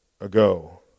ago